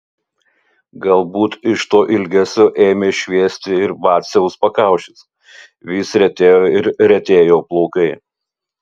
galbūt iš to ilgesio ėmė šviesti ir vaciaus pakaušis vis retėjo ir retėjo plaukai